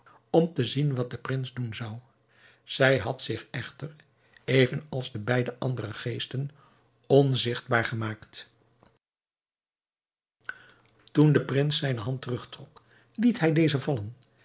om te zien wat de prins doen zou zij had zich echter even als de beide andere geesten onzigtbaar gemaakt toen de prins zijne hand terugtrok liet hij deze vallen